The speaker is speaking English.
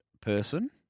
person